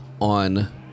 On